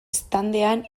standean